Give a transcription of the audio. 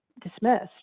dismissed